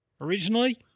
originally